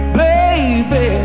baby